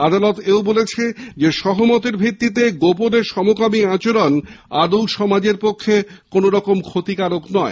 আদালত এও বলেছে সহমতের ভিত্তিতে গোপনে সমকামী আচরণ আদৌ সমাজের পক্ষে ক্ষতিকর নয়